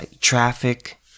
traffic